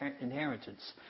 inheritance